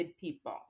people